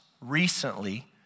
recently